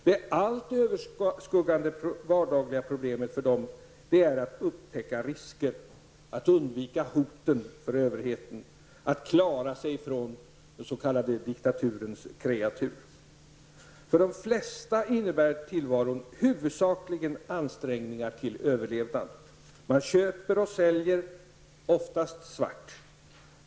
Det allt överskuggande vardagliga problemet för dem är att upptäcka risker, att undvika hoten från överheten, att klara sig från de s.k. diktaturens kreatur. För de flesta innebär tillvaron huvudsakligen ansträngningar för överlevnad. Man köper och säljer, oftast svart.